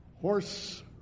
horse